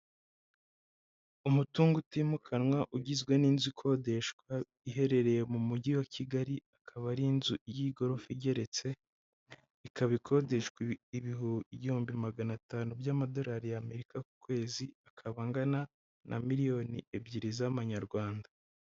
Umutungo utimukanwa ugizwe n'inzu ikodeshwa iherereye mu mujyi wa Kigali, akaba ari inzu y'igorofa igeretse, ikaba ikodeshwa igihumbi magana atanu by'amadolari y'Amerika ku kwezi, akaba angana na miliyoni ebyiri z'amanyarwanda.